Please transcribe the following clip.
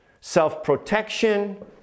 self-protection